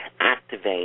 activate